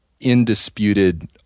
indisputed